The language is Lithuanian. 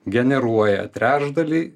generuoja trečdalį